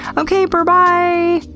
ok, berbye!